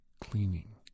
cleaning